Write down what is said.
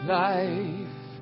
life